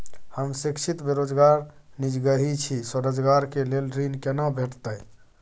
हम शिक्षित बेरोजगार निजगही छी, स्वरोजगार के लेल ऋण केना भेटतै?